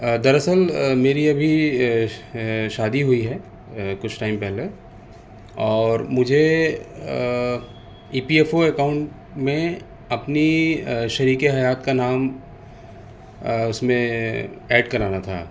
دراصل میری ابھی شادی ہوئی ہے کچھ ٹائم پہلے اور مجھے E P F O account میں اپنی شریکِ حیات کا نام اس میں ایڈ کرانا تھا